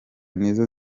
nizo